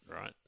right